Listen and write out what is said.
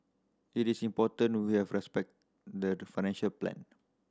it is important we have respect the financial plan